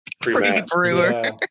Pre-brewer